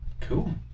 cool